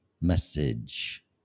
Message